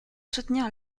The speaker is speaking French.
soutenir